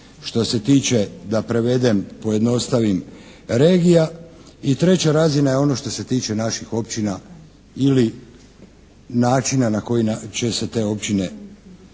što se tiče da prevedem, pojednostavim regija i treća razina je ono što se tiče naših općina ili načina na koji će se te općine udružiti